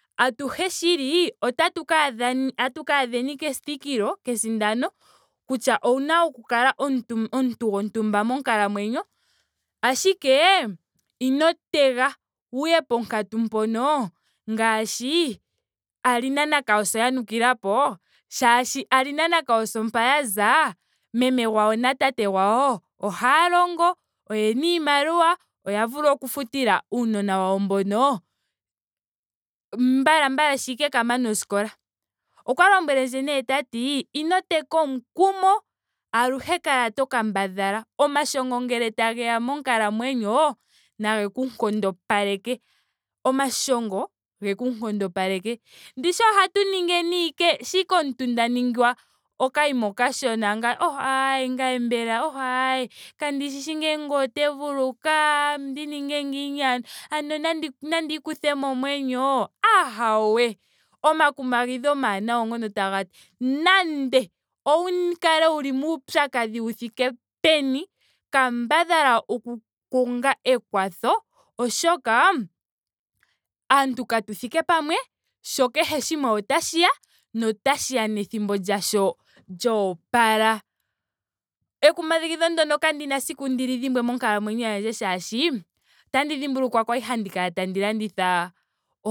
Atuhe shili otatu ka adheni otatu ka adheni kethikilo kesindano kutya owuna oku kala omuntu omuntu gontumba monkalamwenyo. ashike ino tega wuye ponkatu mpono ngaashi alina na kayoso ya nukilapo. molwaashoka alina na kayoso mpa ya za. meme na tate gwawo ohaya longo. oyena iimaliwa. oya vula oku futila aanona yawo mbono mbala mbala sho ashike ka mana oskola. Okwa lombwelendje nee tati ino teka omukumo. aluhe kala to kambadhala. omashongo ngele tageya monkalamwenyo nage ku nkondopaleke. omashongo geku nkondopaleke. Ndishi ohatu ningine ashike shampa omuntu nda ningwa okanima okashona ngame oh aee ngaye mbela oh aee kandishishi ngele otandi vulu kaa. ondi ninge ngiini ano. ano nandiikuhe momwenyo? Ahawee omakumagidho omawanawa oongoka tagati nando ou kale wuli muupyakadhi wu thike peni. kambadhala oku konga ekwatho oshoka aantu katu thike pamwe. sho kehe shimwe otashiya. notashiya nethimbo lyasho lyoopala. Ekumagidho ndyoka kandina esiku ndi li dhimwe monkalamwenyo yandje molwaashoka ootandi dhimbulukwa kwali handi kala tandi landitha